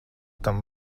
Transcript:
tam